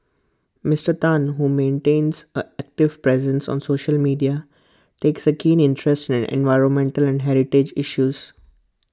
Mister Tan who maintains an active presence on social media takes A keen interest in environmental and heritage issues